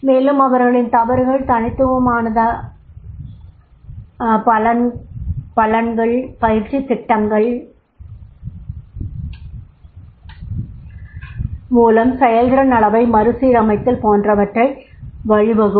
மேலும் அவர்களின் தவறுகள் தனித்துவமான பலன்கள் பயிற்சித் திட்டங்கள் மூலம் செயல்திறன் அளவை மறுசீரமைத்தல் போன்றவற்றுக்கு வழிவகுக்கும்